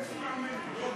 תסמע מיני.